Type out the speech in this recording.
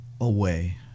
away